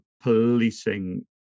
policing